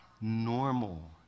normal